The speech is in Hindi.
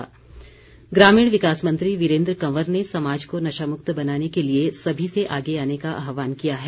वीरेन्द्र कंवर ग्रामीण विकास मंत्री वीरेन्द्र कंवर ने समाज को नशामुक्त बनाने के लिए सभी से आगे आने का आह्वान किया है